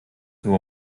nur